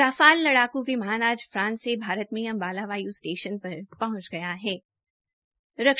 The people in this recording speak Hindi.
राफाल लड़ाकू विमान आज फ्रांस से भारत में अम्बाला वायु सेना स्टेशन पर पहुंच गये